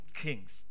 kings